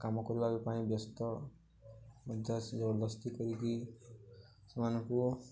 କାମ କରିବା ପାଇଁ ବ୍ୟସ୍ତ ମଧ୍ୟ ସେ ଜବରଦସ୍ତି କରିକି ସେମାନଙ୍କୁ